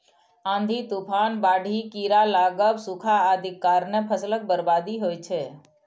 आंधी, तूफान, बाढ़ि, कीड़ा लागब, सूखा आदिक कारणें फसलक बर्बादी होइ छै